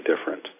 different